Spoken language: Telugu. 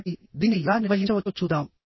" కాబట్టి దీన్ని ఎలా నిర్వహించవచ్చో చూద్దాం